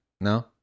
No